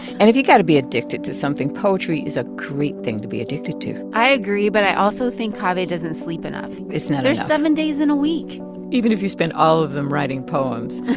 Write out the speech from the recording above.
and if you got to be addicted to something, poetry is a great thing to be addicted to i agree. but i also think kaveh doesn't sleep enough it's and there's seven days in a week even if you spend all of them writing poems.